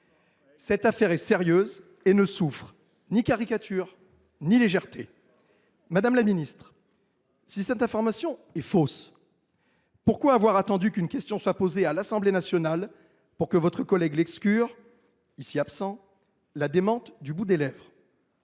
Cette affaire est sérieuse et ne souffre ni caricature ni légèreté. Madame la secrétaire d’État, si cette information est fausse, pourquoi avoir attendu qu’une question soit posée à l’Assemblée nationale pour que votre collègue, M. Lescure – ici absent –, la démente du bout des lèvres ?